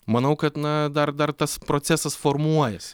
manau kad na dar dar tas procesas formuojasi